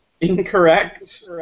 Incorrect